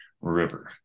River